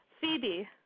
Phoebe